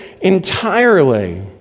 entirely